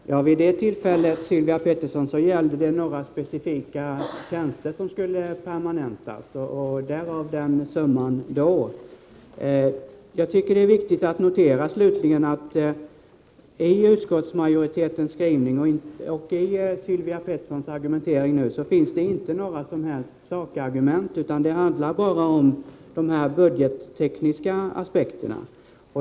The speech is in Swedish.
Fru talman! Vid det tillfället gällde det några specifika tjänster, som skulle permanentas. Därav summan då. Jag tycker att det är viktigt att slutligen notera att i utskottsmajoritetens skrivning och Sylvia Petterssons argumentering nu inte finns några som helst sakargument. Det handlar bara om budgettekniska aspekter.